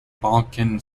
balkan